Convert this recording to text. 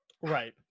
Right